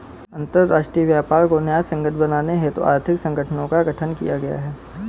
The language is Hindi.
अंतरराष्ट्रीय व्यापार को न्यायसंगत बनाने हेतु आर्थिक संगठनों का गठन किया गया है